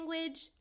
language